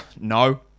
No